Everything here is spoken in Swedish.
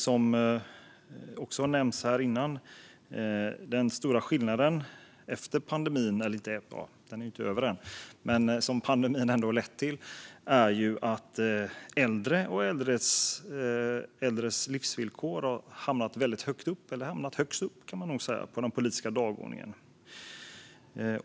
Som också har nämnts tidigare har pandemin lett till den stora skillnaden att äldre och äldres livsvillkor har hamnat högst upp på den politiska dagordningen.